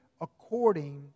according